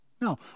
no